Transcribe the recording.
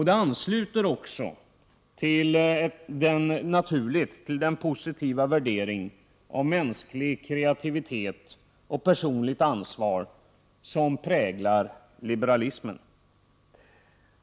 Den ansluter också naturligt till den positiva värdering av mänsklig kreativitet och personligt ansvar som präglar liberalismen.